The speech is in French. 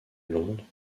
londres